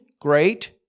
great